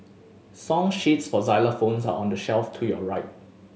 song sheets for xylophones are on the shelf to your right